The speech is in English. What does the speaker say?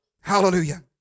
hallelujah